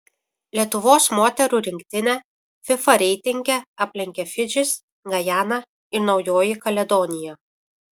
lietuvos moterų rinktinę fifa reitinge aplenkė fidžis gajana ir naujoji kaledonija